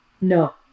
No